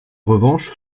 revanche